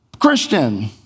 Christian